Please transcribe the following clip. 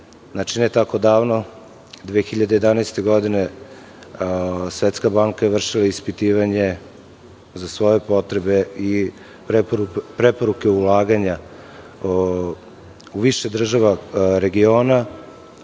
Ne tako davno, 2011. godine, Svetska banka je vršila ispitivanje za svoje potrebe i preporuke ulaganja u više država regiona,